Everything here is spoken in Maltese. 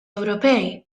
ewropej